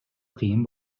кыйын